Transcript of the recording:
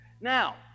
Now